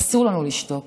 אסור לנו לשתוק.